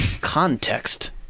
Context